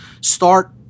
start